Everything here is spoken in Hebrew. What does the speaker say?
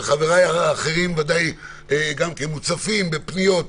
וחבריי האחרים ודאי גם כן מוצפים בפניות.